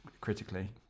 critically